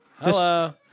Hello